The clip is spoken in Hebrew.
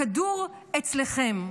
הכדור אצלכם,